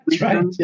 right